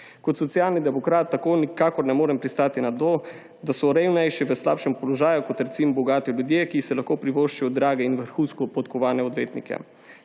Kot Socialni demokrat tako nikakor ne morem pristati na to, da so revnejši v slabšem položaju kot recimo bogati ljudje, ki si lahko privoščijo drage in vrhunsko podkovane odvetnike.